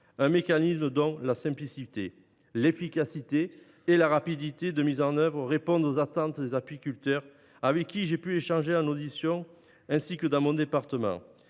un mécanisme dont la simplicité, l’efficacité et la rapidité de déclenchement répondent aux attentes des apiculteurs avec qui j’ai discuté lors des auditions comme dans mon département.